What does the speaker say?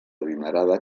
adinerada